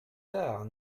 tard